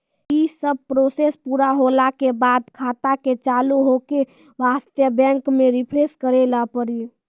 यी सब प्रोसेस पुरा होला के बाद खाता के चालू हो के वास्ते बैंक मे रिफ्रेश करैला पड़ी?